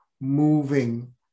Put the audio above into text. moving